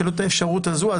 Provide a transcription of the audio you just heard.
שתהיה לו האפשרות הזו,